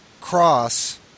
Cross